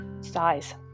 size